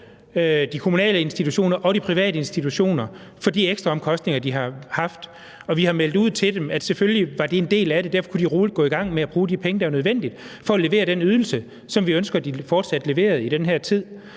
de kommunale institutioner og de private institutioner for de ekstra omkostninger, de har haft. Og vi har meldt ud til dem, at de selvfølgelig er en del af det, og derfor kunne de roligt går i gang med at bruge de penge, der var nødvendige for at levere den ydelse, som vi ønskede de fortsat leverede i den her tid.